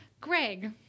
Greg